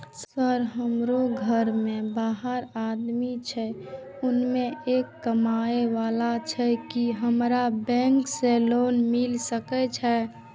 Sir हमरो घर में बारह आदमी छे उसमें एक कमाने वाला छे की हमरा बैंक से लोन मिल सके छे?